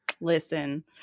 Listen